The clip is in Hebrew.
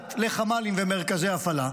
נוגעת לחמ"לים ומרכזי הפעלה,